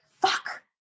fuck